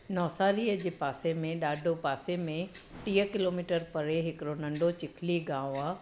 नवसारीअ जे पासे में ॾाढो पासे में टीह किलोमीटर परे हिकिड़ो नंढो चिखली गांव आहे